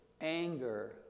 anger